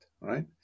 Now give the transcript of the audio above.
right